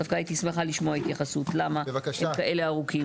דווקא הייתי שמחה לשמוע התייחסות; למה הם כאלה ארוכים?